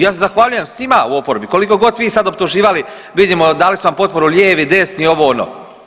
Ja se zahvaljujem svima u oporbi, koliko god vi sad optuživali, vidimo, dali su vam potporu lijevi, desni, ovo, ono.